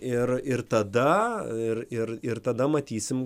ir ir tada ir ir ir tada matysim